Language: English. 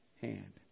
hand